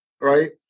right